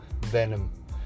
venom